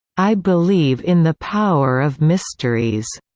i believe in the power of mysteries,